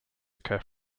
occur